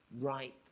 right